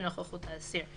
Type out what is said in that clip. בנוכחות האסיר,